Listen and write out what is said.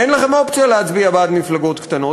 אין לכם אופציה להצביע בעד מפלגות קטנות.